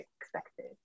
expected